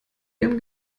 ihrem